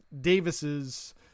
Davis's